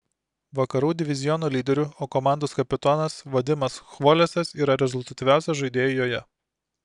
vakarų diviziono lyderiu o komandos kapitonas vadimas chvolesas yra rezultatyviausias žaidėju joje